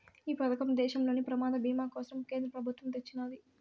ఈ పదకం దేశంలోని ప్రమాద బీమా కోసరం కేంద్ర పెబుత్వమ్ తెచ్చిన్నాది